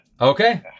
okay